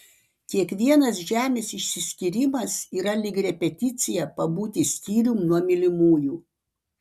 kiekvienas žemės išsiskyrimas yra lyg repeticija pabūti skyrium nuo mylimųjų